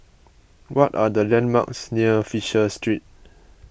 what are the landmarks near Fisher Street